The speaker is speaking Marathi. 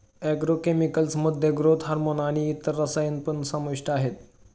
ऍग्रो केमिकल्स मध्ये ग्रोथ हार्मोन आणि इतर रसायन पण समाविष्ट आहेत